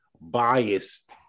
biased